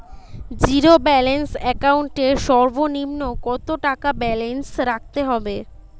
Zero balance account এর সর্বনিম্ন কত টাকা ব্যালেন্স রাখতে হবে?